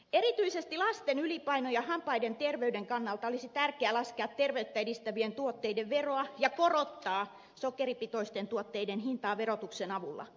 erityisesti lasten ylipainon ja hampaiden terveyden kannalta olisi tärkeää laskea terveyttä edistävien tuotteiden veroa ja korottaa sokeripitoisten tuotteiden hintaa verotuksen avulla